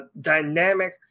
dynamic